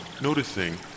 noticing